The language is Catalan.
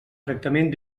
tractament